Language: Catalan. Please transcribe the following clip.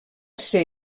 ser